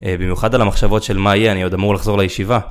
במיוחד על המחשבות של מה יהיה, אני עוד אמור לחזור לישיבה